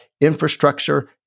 infrastructure